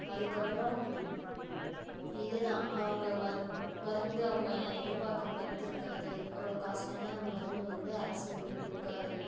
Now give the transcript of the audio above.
அதுக்கப்பறம் இதுதான் அவங்க ம மருந்து அவங்க எதிர்ப்பாக்கிற மருந்து இருக்காது அவ்வளோ காஸ்லியான மருந்து வந்து அரசு வந்து கொடுக்காது